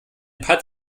patt